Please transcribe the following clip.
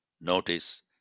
notice